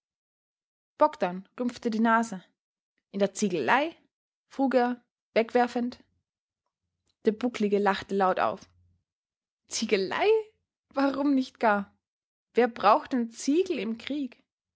bogdn rümpfte die nase in der ziegelei frug er wegwerfend der bucklige lachte laut auf ziegelei warum nicht gar wer braucht denn ziegel im krieg